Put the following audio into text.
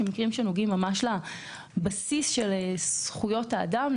הם מקרים שנוגעים ממש לבסיס של זכויות האדם,